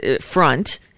front